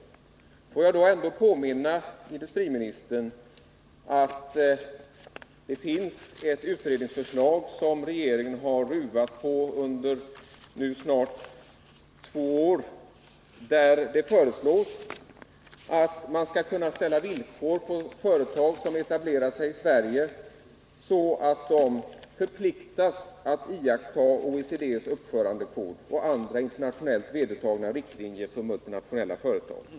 Men får jag då påminna industriministern att det finns ett utredningsförslag som regeringen har ruvat på under nu snart två år om att ställa villkor på företag som etablerar sig i Sverige, så att de förpliktas att iaktta OECD:s uppförandekod och andra internationellt vedertagna riktlinjer för multinationella företag.